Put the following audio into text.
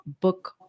book